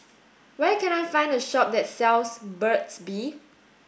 where can I find a shop that sells Burt's bee